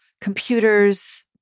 computers